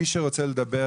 מי שרוצה לדבר